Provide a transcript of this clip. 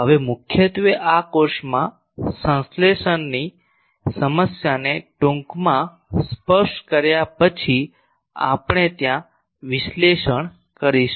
હવે મુખ્યત્વે આ કોર્સમાં સંશ્લેષણની સમસ્યાને ટૂંકમાં સ્પર્શ કર્યા પછી આપણે ત્યાં વિશ્લેષણ કરીશું